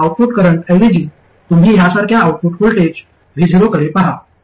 आणि output current ऐवजी तुम्ही ह्यासारख्या आऊटपुट व्होल्टेज vo कडे पहा